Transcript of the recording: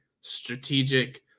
strategic